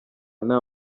nta